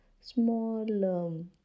small